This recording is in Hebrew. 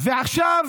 ועכשיו